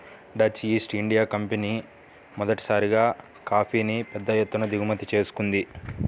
Dutch East India Company మొదటిసారిగా కాఫీని పెద్ద ఎత్తున దిగుమతి చేసుకుంది